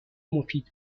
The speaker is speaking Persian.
مفید